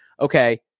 okay